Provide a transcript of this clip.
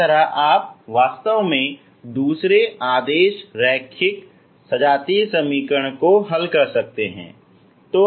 इस तरह आप वास्तव में दूसरे आदेश रैखिक सजातीय समीकरण को हल कर सकते हैं